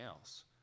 else